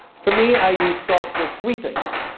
for me, i use salt for three things.